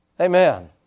Amen